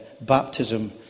baptism